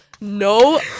no